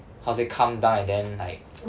how to say calm down and then like